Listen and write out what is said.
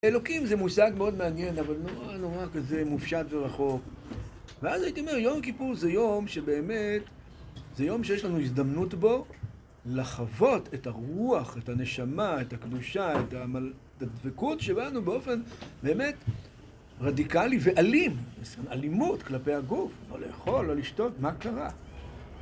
אלוקים זה מושג מאוד מעניין, אבל נורא נורא כזה מופשט ורחוק ואז הייתי אומר יום כיפור זה יום שבאמת זה יום שיש לנו הזדמנות בו לחוות את הרוח, את הנשמה, את הקדושה, את הדבקות שבאה לנו באופן באמת רדיקלי ואלים אלימות כלפי הגוף לא לאכול, לא לשתות, מה קרה?